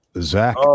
Zach